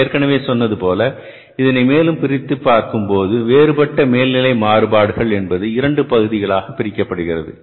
நான் ஏற்கனவே சொல்வது போல இதனை மேலும் பிரித்துப் பார்க்கும்போது வேறுபட்ட மேல் நிலை மாறுபாடுகள் என்பது இரண்டு பகுதியாக பிரிக்கப்படுகிறது